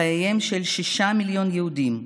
חייהם של שישה מיליון יהודים,